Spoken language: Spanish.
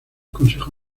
consejo